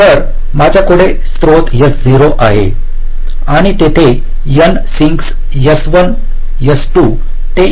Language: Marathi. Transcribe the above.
तर माझ्याकडे स्त्रोत S0 आहे आणि तेथे n सिंकस S1 S2 ते Sn आहेत